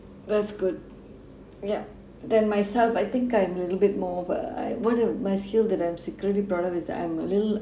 that's good ya then myself I think I'm a little bit more of uh I one of my skill that I'm secretly proud of is that I'm a little